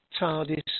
TARDIS